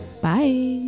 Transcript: Bye